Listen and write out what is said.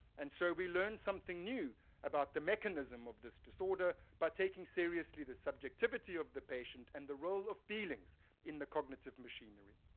and so we learn something new about the mechanism of this disorder by taking seriously the subjectivity of the patient, and the role of feelings in the cognitive machinery.